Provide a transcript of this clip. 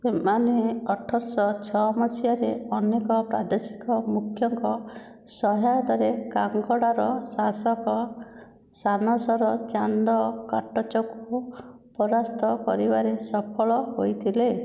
ସେମାନେ ଅଠରଶହ ଛଅ ମସିହାରେ ଅନେକ ପ୍ରାଦେଶିକ ମୁଖ୍ୟଙ୍କ ସହାୟତରେ କାଙ୍କଡ଼ାର ଶାସକ ସାନସର ଚାନ୍ଦ କାଟଚକୁ ପରାସ୍ତ କରିବାରେ ସଫଳ ହୋଇଥିଲେ